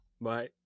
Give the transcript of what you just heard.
Bye